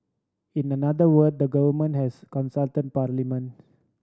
in the other word the government has consult parliament